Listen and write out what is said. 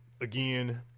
Again